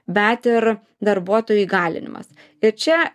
bet ir darbuotojų įgalinimas ir čia